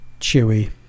Chewy